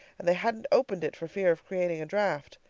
and they hadn't opened it for fear of creating a draft.